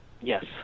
yes